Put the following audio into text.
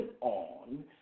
on